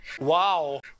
Wow